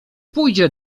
pójdzie